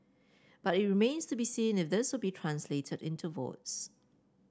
but it remains to be seen if this will translate into votes